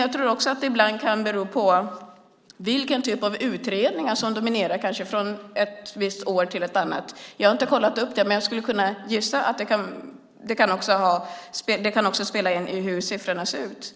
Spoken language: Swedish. Jag tror också att det ibland kan bero på vilken typ av utredningar som dominerar från ett visst år till ett annat. Jag har inte kollat upp det, men jag kan gissa att det kan spela in för hur siffrorna ser ut.